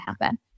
happen